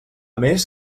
més